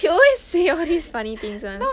she always say all these funny things [one]